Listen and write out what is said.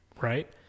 right